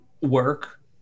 work